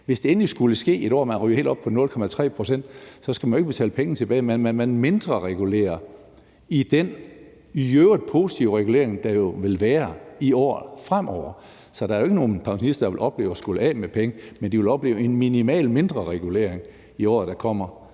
Hvis det endelig skulle ske, at man et år ryger helt op på 0,3 pct., så skal man jo ikke betale penge tilbage. Man mindreregulerer i den i øvrigt positive regulering, der jo vil være i året fremover. Så der er jo ikke nogen pensionister, der vil opleve at skulle af med penge, men de vil opleve en minimal mindreregulering i året, der kommer.